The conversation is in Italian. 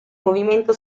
movimento